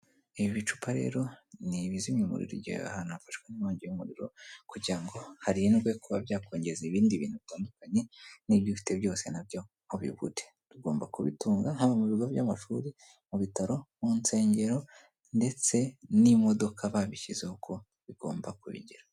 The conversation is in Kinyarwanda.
Ibi bicupa rero, n'ibizimya umuriro igihe ahantu hafashwe n'inkongi y'umuriro, kugira ngo harindwe kuba byakongeza ibindi bintu bitandukanye, n'ibyo ufite byose nabyo abibure tugomba kubitunga haba mu bigo by'amashuri, mu bitaro, mu nsengero, ndetse n'imodoka babishyizeho ko bigomba kubigira.